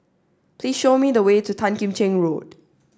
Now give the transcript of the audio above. please show me the way to Tan Kim Cheng Road